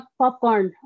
popcorn